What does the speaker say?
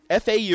FAU